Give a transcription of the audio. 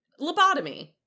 Lobotomy